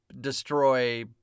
destroy